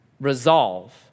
resolve